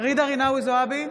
ג'ידא רינאוי זועבי,